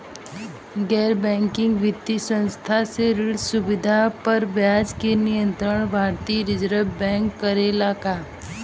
गैर बैंकिंग वित्तीय संस्था से ऋण सुविधा पर ब्याज के नियंत्रण भारती य रिजर्व बैंक करे ला का?